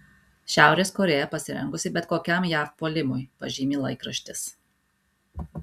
šiaurės korėja pasirengusi bet kokiam jav puolimui pažymi laikraštis